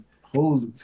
hoes